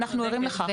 אנחנו ערים לכך.